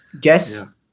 guess